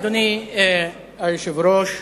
אדוני היושב-ראש,